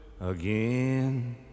again